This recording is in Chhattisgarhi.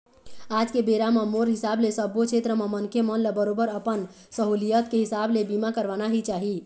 आज के बेरा म मोर हिसाब ले सब्बो छेत्र म मनखे मन ल बरोबर अपन सहूलियत के हिसाब ले बीमा करवाना ही चाही